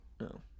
No